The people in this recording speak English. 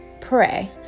pray